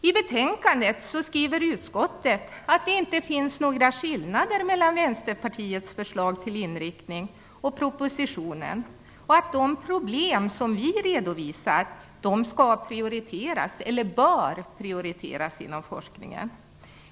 I betänkandet skriver utskottet att det inte finns några skillnader mellan Vänsterpartiets förslag till inriktning och propositionen och att de problem som vi redovisar bör prioriteras inom forskningen.